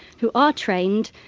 who are trained,